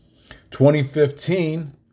2015